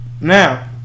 Now